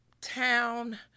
town